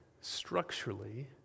structurally